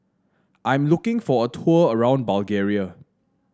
I am looking for a tour around Bulgaria